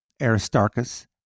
Aristarchus